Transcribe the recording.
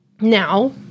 now